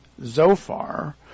Zophar